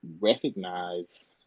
recognize